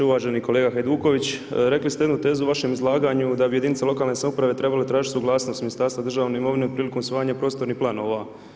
Uvaženi kolega Hajduković, rekli ste jednu tezu u vašem izlaganju da bi jedinice lokalne samouprave trebale tražiti suglasnost Ministarstva državne imovine prilikom usvajanja prostornih planova.